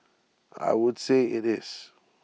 I would say IT is